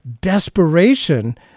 desperation